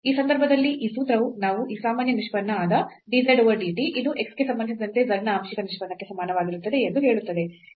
ಈ ಸಂದರ್ಭದಲ್ಲಿ ಈ ಸೂತ್ರವು ನಾವು ಈ ಸಾಮಾನ್ಯ ನಿಷ್ಪನ್ನಆದ dz ಓವರ್ dt ಇದು x ಗೆ ಸಂಬಂಧಿಸಿದಂತೆ z ನ ಆಂಶಿಕ ನಿಷ್ಪನ್ನಕ್ಕೆ ಸಮನಾಗಿರುತ್ತದೆ ಎಂದು ಹೇಳುತ್ತದೆ